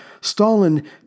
Stalin